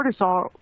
cortisol